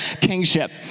kingship